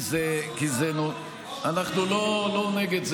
כי אנחנו לא נגד זה.